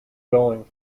going